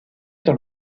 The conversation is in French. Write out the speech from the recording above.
dans